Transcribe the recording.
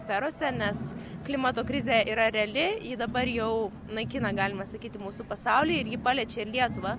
sferose nes klimato krizė yra reali ji dabar jau naikina galima sakyti mūsų pasaulį ir ji paliečia lietuvą